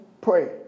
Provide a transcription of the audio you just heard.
pray